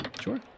Sure